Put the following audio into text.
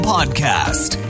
Podcast